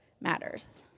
matters